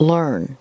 Learn